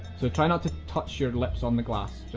so try not to touch your lips on the glass.